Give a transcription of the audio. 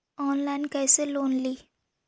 Online कैसे loan ली?